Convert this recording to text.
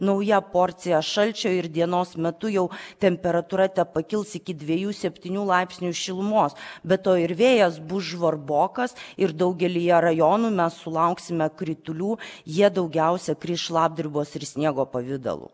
nauja porcija šalčio ir dienos metu jau temperatūra tepakils iki dviejų septynių laipsnių šilumos be to ir vėjas bus žvarbokas ir daugelyje rajonų mes sulauksime kritulių jie daugiausia kris šlapdribos ir sniego pavidalu